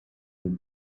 und